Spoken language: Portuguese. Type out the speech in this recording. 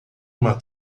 uma